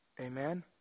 Amen